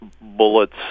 bullets